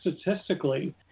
statistically